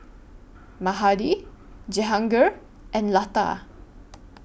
Mahade Jehangirr and Lata